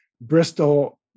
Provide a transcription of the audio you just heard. Bristol